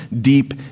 deep